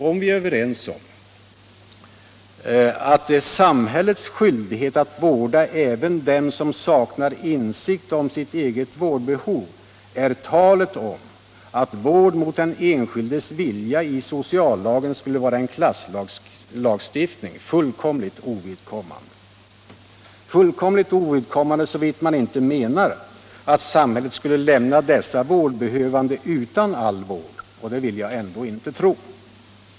Om vi är överens om att det är samhällets skyldighet att vårda även dem som saknar insikt om sitt eget vårdbehov, är talet om att regler om vård mot den enskildes vilja i sociallagen skulle vara en klasslagstiftning fullkomligt ovidkommande — såvitt man inte menar att samhället skulle lämna dessa vårdbehövande utan all vård, och det vill jag ändå inte tro.